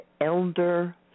elder